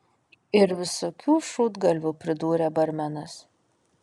ir visokių šūdgalvių pridūrė barmenas